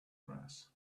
grass